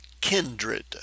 kindred